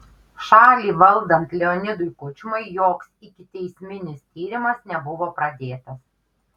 šalį valdant leonidui kučmai joks ikiteisminis tyrimas nebuvo pradėtas